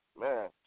man